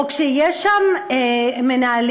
או כשיש שם מנהלים,